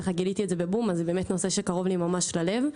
גיליתי את זה בבום אז זה באמת נושא שקרוב לי ממש ללב.